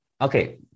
Okay